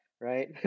Right